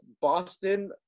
Boston